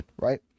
right